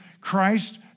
Christ